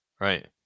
right